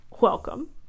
welcome